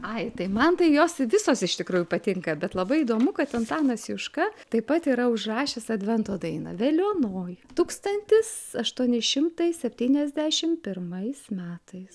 ai tai man tai jos visos iš tikrųjų patinka bet labai įdomu kad antanas juška taip pat yra užrašęs advento dainą veliuonoj tūkstantis aštuoni šimtai septyniasdešim pirmais metais